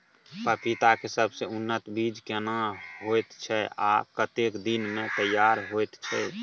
पपीता के सबसे उन्नत बीज केना होयत छै, आ कतेक दिन में तैयार होयत छै?